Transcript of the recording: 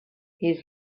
his